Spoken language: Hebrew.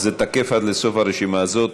זה תקף עד לסוף הרשימה הזאת,